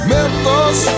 Memphis